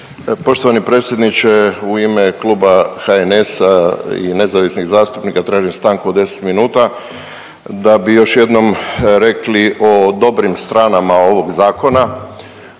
Poštovani predsjedniče u ime Kluba HNS-a i nezavisnih zastupnika tražim stanku od 10 minuta da bi još jednom rekli o dobrim stranama ovog zakona.